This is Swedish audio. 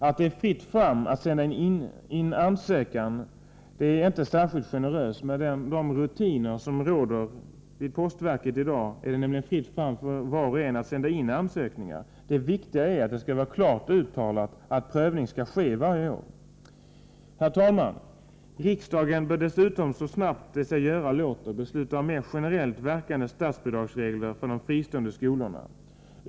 Att det är fritt fram att sända in ansökan är inte särskilt generöst. Med de rådande rutinerna vid postverket är det fritt fram för var och en att skicka in ansökningar. Det viktiga är att det sker en prövning varje år. Riksdagen bör dessutom så snabbt det sig göra låter besluta om mer generellt verkande statsbidragsregler för de fristående skolorna.